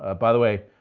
ah by the way,